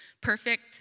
perfect